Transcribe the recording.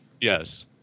Yes